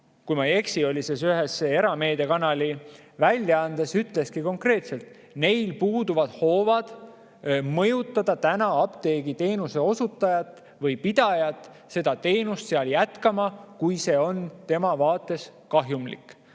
kui ma ei eksi, siis oli see ühes erameediakanali väljaandes – ütleski konkreetselt, et neil puuduvad hoovad, et mõjutada apteegiteenuse osutajat või [apteegi]pidajat teenust seal jätkama, kui see on tema vaates kahjumlik.